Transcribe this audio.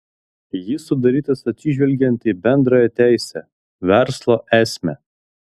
jis sudarytas atsižvelgiant į bendrąją teisę verslo esmę